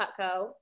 Cutco